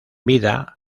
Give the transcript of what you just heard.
vida